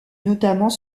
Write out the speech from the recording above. notamment